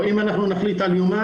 או אם נחליט על יומיים,